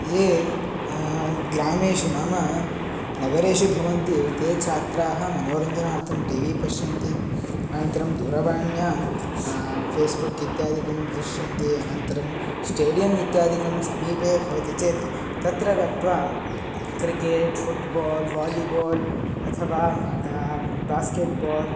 ये ग्रामेषु नाम नगरेषु भवन्ति ते छात्राः मनोरञ्जनार्थं टी वी पश्यन्ति अनन्तरं दूरवाण्यां फ़ेस्बुक् इत्यादिकं दृश्यन्ति अनन्तरं स्टेडियम् इत्यादिकं समीपे भवति चेत् तत्र गत्वा क्रिकेट् फ़ुट्बाल् वालिबाल् अथवा बास्केट् बाल्